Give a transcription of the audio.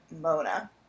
Mona